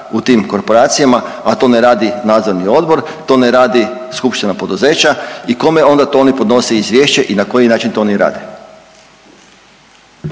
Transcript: u tim korporacijama a to ne radi nadzorni odbor, to ne radi skupština poduzeća i kome onda to oni podnose izvješća i na koji način to oni rade.